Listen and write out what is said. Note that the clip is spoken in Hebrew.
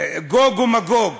גוג ומגוג.